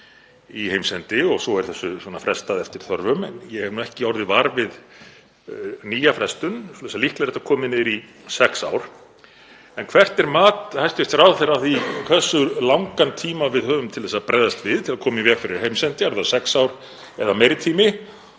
í heimsendi og svo er þessu frestað eftir þörfum. Ég hef ekki orðið var við nýja frestun þannig að líklega er þetta komið niður í sex ár. En hvert er mat hæstv. ráðherra á því hversu langan tíma við höfum til að bregðast við til að koma í veg fyrir heimsendi? Eru það sex ár eða meiri tími?